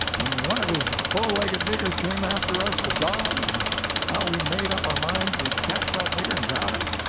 and one of his bow-legged niggers came after us with dogs, and how we made up our minds we'd catch that nigger and drown him?